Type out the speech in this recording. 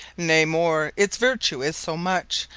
nay more it's vertue is so much,